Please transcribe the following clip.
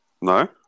no